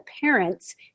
parents